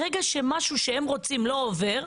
ברגע שמשהו שהם רוצים לא עובר,